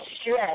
stress